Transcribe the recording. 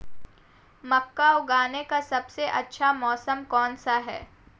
मक्का उगाने का सबसे अच्छा मौसम कौनसा है?